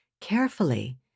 carefully